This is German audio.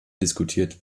diskutiert